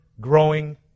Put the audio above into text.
growing